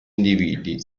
individui